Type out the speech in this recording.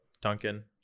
duncan